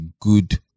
good